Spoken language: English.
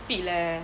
feed leh